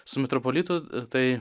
su metropolitu tai